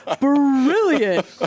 Brilliant